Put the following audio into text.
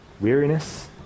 weariness